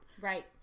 Right